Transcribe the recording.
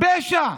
פשע.